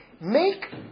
Make